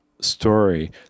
story